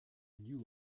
knew